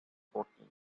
woking